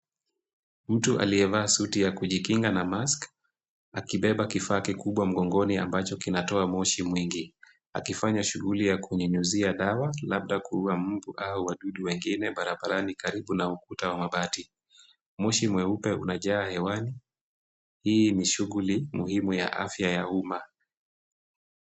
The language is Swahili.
Mtu aliyevaa suti ya kujikinga na mask akibeba kifaa kikubwa mgongoni ambacho kinatoa moshi mwingi akifanya shughuli ya kunyunyizia dawa labda kuua mbu au wadudu wengine barabarani karibu na ukuta wa mabati. Moshi mweupe unajaa hewani, hii ni shughuli muhimu ya afya ya umma.